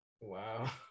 wow